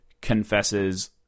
confesses